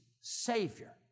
Savior